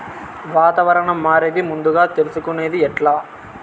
వాతావరణం మారేది ముందుగా తెలుసుకొనేది ఎట్లా?